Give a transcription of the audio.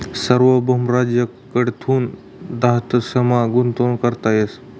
सार्वभौम राज्य कडथून धातसमा गुंतवणूक करता येस